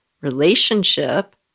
relationship